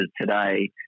today